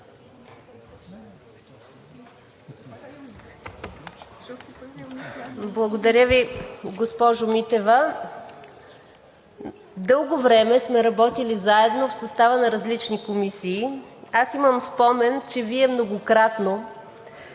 Благодаря Ви, госпожо Митева. Дълго време сме работили заедно в състава на различни комисии. Аз имам спомен, че Вие многократно